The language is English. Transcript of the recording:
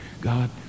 God